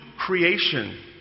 creation